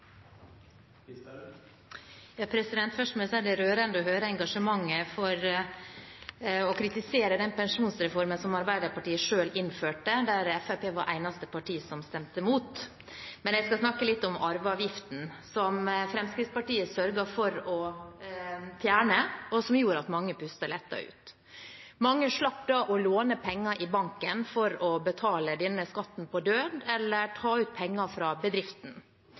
Først må jeg si at det er rørende å høre engasjementet for å kritisere den pensjonsreformen som Arbeiderpartiet selv innførte, og der Fremskrittspartiet var eneste parti som stemte imot. Men jeg skal snakke litt om arveavgiften, som Fremskrittspartiet sørget for å fjerne, og som gjorde at mange pustet lettet ut. Mange slapp da å låne penger i banken eller ta ut penger fra bedriften for å betale denne skatten på død.